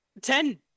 ten